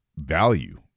value